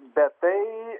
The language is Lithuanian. bet tai